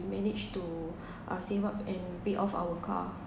managed to save up and pay off our car